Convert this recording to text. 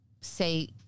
say